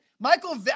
Michael